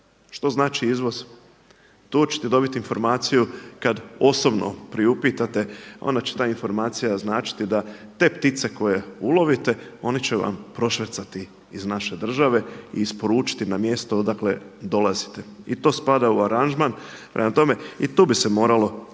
Što znači izvoz? Tu ćete dobit informaciju kad osobno priupitate, onda će ta informacija značiti da te ptice koje ulovite oni će vam prošvercati iz naše države i isporučiti na mjesto odakle dolazite. I to spada u aranžman. Prema tome i tu bi se moralo